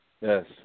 Yes